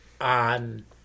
on